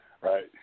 right